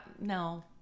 no